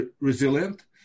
resilient